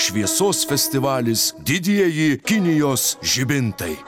šviesos festivalis didieji kinijos žibintai